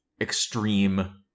extreme